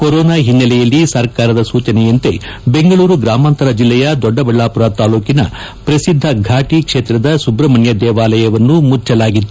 corona ಹಿನ್ನಲೆಯಲ್ಲಿ ಸರ್ಕಾರದ ಸೂಚನೆಯಂತೆ ಬೆಂಗಳೂರು ಗ್ರಾಮಾಂತರ ಜಿಲ್ಲೆಯ ದೊಡ್ಡಬಳ್ಳಾಪುರ ತಾಲೂಕಿನ ಪ್ರಸಿದ್ಧ ಫಾಟಿ ಕ್ಷೇತ್ರದ ಸುಬ್ರಹ್ನಣ್ಣ ದೇವಾಲಯವನ್ನು ಮುಚ್ಚಲಾಗಿತ್ತು